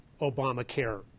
Obamacare